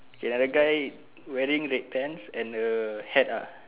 okay another guy wearing red pants and a hat uh